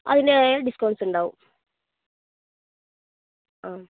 അതിന്റേതായ ഡിസ്കൌണ്ട്സ് ഉണ്ടാവും ആ